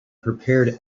prepared